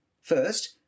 First